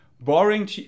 boring